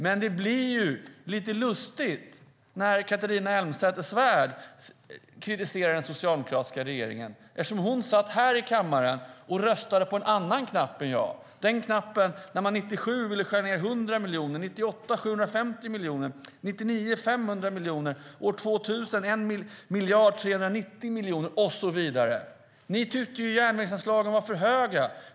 Men det blir lite lustigt när Catharina Elmsäter-Svärd kritiserar den socialdemokratiska regeringen eftersom hon satt här i kammaren och tryckte på en annan röstknapp än jag när man 1997 ville skära ned 100 miljoner, 1998 750 miljoner, 1999 500 miljoner, 2000 1 390 000 000 och så vidare. Ni tyckte att järnvägsanslagen var för höga.